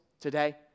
today